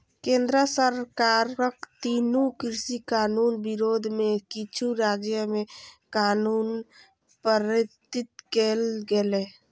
केंद्र सरकारक तीनू कृषि कानून विरोध मे किछु राज्य मे कानून पारित कैल गेलै